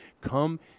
come